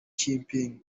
jinping